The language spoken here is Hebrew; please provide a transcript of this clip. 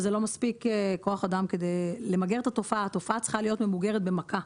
חוק הגנת הצרכן רחב,